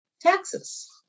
taxes